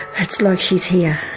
it's like she's here,